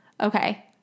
Okay